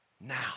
Now